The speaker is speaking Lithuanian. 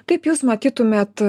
kaip jūs matytumėt